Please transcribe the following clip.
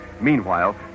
Meanwhile